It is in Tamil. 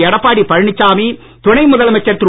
எடப்பாடி பழனிசாமி துணை முதலமைச்சர் திரு